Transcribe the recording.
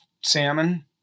salmon